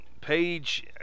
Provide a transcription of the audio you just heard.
page